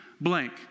blank